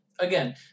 again